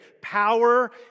power